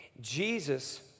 Jesus